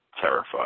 terrified